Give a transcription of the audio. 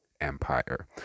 empire